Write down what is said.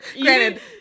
Granted